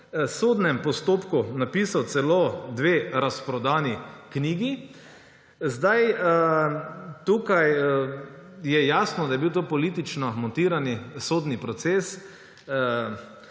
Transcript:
sodnem postopku napisal celo dve razprodani knjigi. Tukaj je jasno, da je bil to politično montirani sodni proces,